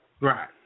Right